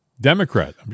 Democrat